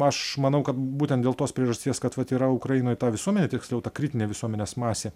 aš manau kad būtent dėl tos priežasties kad vat yra ukrainoj ta visuomenė tiksliau ta kritinė visuomenės masė